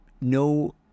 no